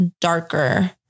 darker